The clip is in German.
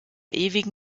ewigen